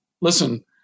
listen